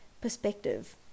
perspective